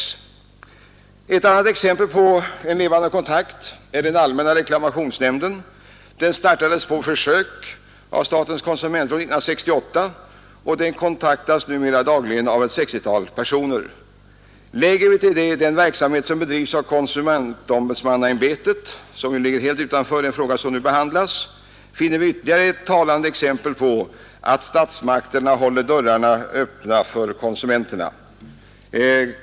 Ett annat exempel på en levande kontakt är den allmänna reklamationsnämnden. Den startades på försök av statens konsumentråd 1968 och kontaktas numera dagligen av ett 60-tal personer. Lägger vi till detta den verksamhet som bedrivs av konsumentombudsmannaämbetet — som ju ligger helt utanför den fråga som nu behandlas — finner vi ytterligare ett talande exempel på behovet av att statsmakterna håller dörrarna öppna för konsumenterna.